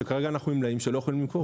שכרגע אנחנו עם מלאי שאנחנו לא יכולים למכור.